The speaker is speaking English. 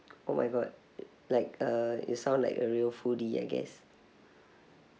oh my god like uh you sound like a real foodie I guess